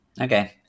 okay